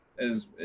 is